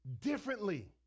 differently